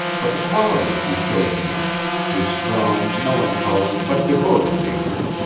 but the qualities he shows me his strong, melancholy, but devoted nature,